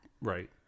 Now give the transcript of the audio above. right